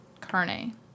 Carne